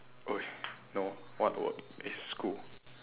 !oi! no what work it's school